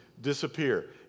disappear